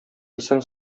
исән